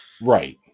right